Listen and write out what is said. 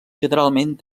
generalment